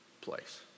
place